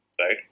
right